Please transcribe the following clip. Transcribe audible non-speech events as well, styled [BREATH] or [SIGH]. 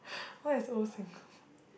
what is old sing~ [BREATH]